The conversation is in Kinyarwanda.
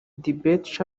debate